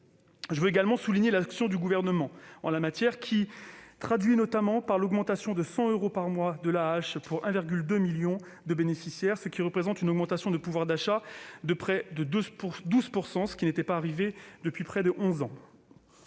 Je veux également souligner l'action du Gouvernement en la matière, qui se traduit notamment par l'augmentation de 100 euros par mois de l'AAH pour 1,2 million de bénéficiaires, ce qui représente une augmentation de pouvoir d'achat de près de 12 %- ce n'était pas arrivé depuis près de onze ans.